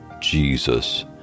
Jesus